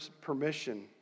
permission